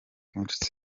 kenshi